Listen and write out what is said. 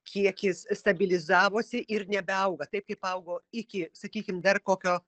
kiekis stabilizavosi ir nebeauga taip kaip augo iki sakykim dar kokio